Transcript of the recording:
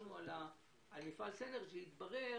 שקיימנו על מפעל סינרג'י, התברר